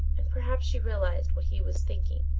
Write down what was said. and perhaps she realised what he was thinking,